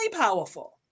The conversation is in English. powerful